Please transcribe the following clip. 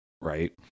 right